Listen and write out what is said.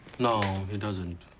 no, he doesn't.